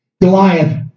Goliath